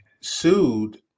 sued